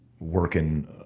working